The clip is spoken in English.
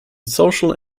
social